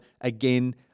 again